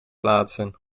plaatsen